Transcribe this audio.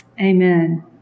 Amen